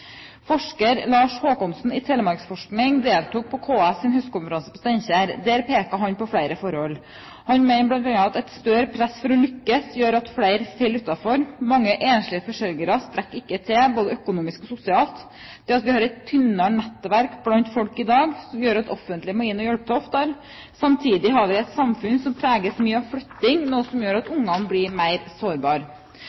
Forsker Lars Håkonsen i Telemarksforskning deltok på KS’ høstkonferanse i Steinkjer. Der pekte han på flere forhold. Han mener bl.a. at et større press for å lykkes gjør at flere faller utenfor. Mange enslige forsørgere strekker ikke til, verken økonomisk eller sosialt. Det at vi har et tynnere nettverk blant folk i dag, gjør at det offentlige må inn og hjelpe til oftere. Samtidig har vi et samfunn som preges mye av flytting, noe som gjør at